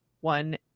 One